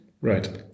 Right